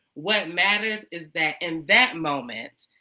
what matters is that in that moment,